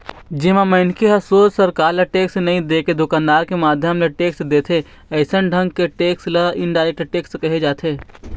जेमा मनखे ह सोझ सरकार ल टेक्स नई देके दुकानदार के माध्यम ले टेक्स देथे अइसन ढंग के टेक्स ल इनडायरेक्ट टेक्स केहे जाथे